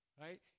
right